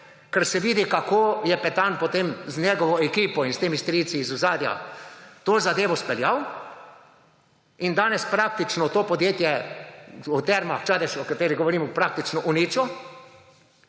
ker se vidi, kako je Petan potem z njegovo ekipo in s temi strici iz ozadja to zadevo speljal; in danes praktično to podjetje, Terme Čatež, o katerih govorim, praktično uničil